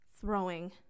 throwing